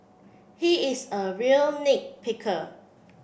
he is a real nit picker